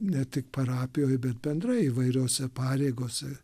ne tik parapijoj bet bendrai įvairiose pareigose